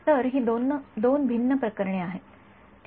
तर ही दोन भिन्न प्रकरणे आहेत ठीक